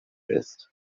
ist